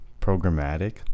programmatic